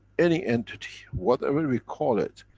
any entity, whatever we call it,